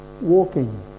walking